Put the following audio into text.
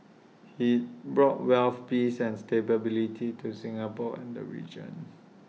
he brought wealth peace and stability to Singapore and the region